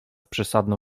przesadną